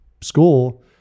school